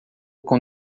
com